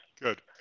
Good